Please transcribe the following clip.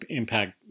impact